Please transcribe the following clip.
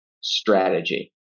strategy